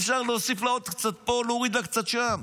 אפשר להוסיף לה עוד קצת פה ולהוריד לה קצת שם.